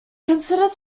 considered